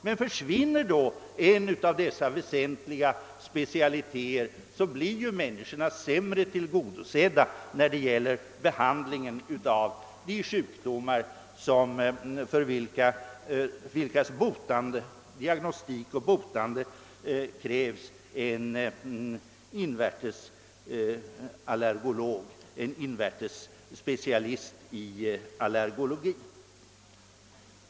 Men om då en av dessa väsentliga specialiteter försvinner, blir ju människorna sämre tillgodosedda vad beträffar behandlingen av de sjukdomar, för vilkas diagnostik och botande krävs en invärtes specialist i allergologi.